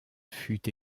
fut